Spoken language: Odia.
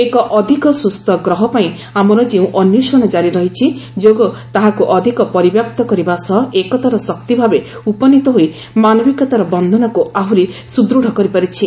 ଏକ ଅଧିକ ସୁସ୍ଥ ଗ୍ରହ ପାଇଁ ଆମର ଯେଉଁ ଅନ୍ୱେଷଣ ଜାରି ରହିଛି ଯୋଗ ତାହାକୁ ଅଧିକ ପରିବ୍ୟାପ୍ତ କରିବା ସହ ଏକତାର ଶକ୍ତି ଭାବେ ଉପନୀତ ହୋଇ ମାନବିକତାର ବନ୍ଧନକୁ ଆହୁରି ସୁଦୃଢ଼ କରିପାରିଛି